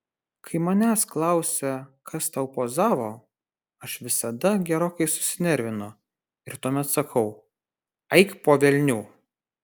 kai manęs klausia kas tau pozavo aš visada gerokai susinervinu ir tuomet sakau eik po velnių